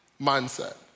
mindset